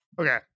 Okay